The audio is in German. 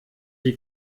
wie